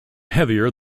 heavier